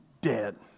dead